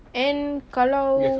and kalau